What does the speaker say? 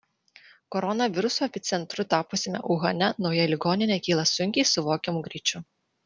koronaviruso epicentru tapusiame uhane nauja ligoninė kyla sunkiai suvokiamu greičiu